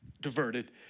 diverted